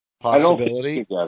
possibility